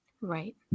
right